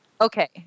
Okay